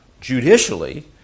judicially